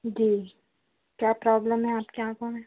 जी क्या प्रॉब्लम है आपकी आँखों में